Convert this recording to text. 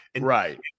right